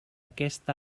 aquest